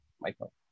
Michael